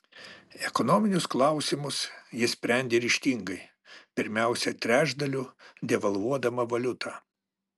ekonominius klausimus ji sprendė ryžtingai pirmiausia trečdaliu devalvuodama valiutą